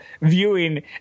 viewing